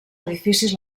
edificis